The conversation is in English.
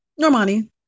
Normani